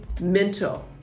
mental